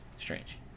Strange